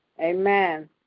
Amen